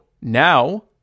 now